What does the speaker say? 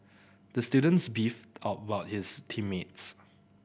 the students beefed about his team mates